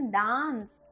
dance